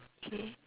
okay